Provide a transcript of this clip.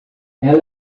ela